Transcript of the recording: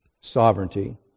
Sovereignty